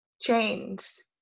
Chains